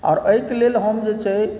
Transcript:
आओर एहिके लेल हम जे छै